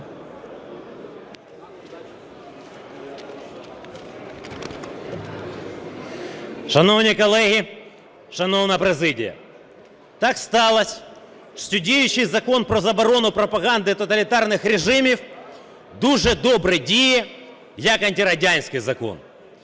Шановні колеги! Шановна президія! Так сталось, що діючий Закон про заборону пропаганди тоталітарних режимів дуже добре діє як антирадянський закон.